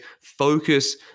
focus